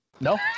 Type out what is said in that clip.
No